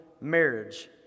marriage